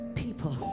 people